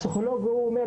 הפסיכולוג הוא,